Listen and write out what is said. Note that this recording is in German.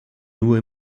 nur